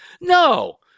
No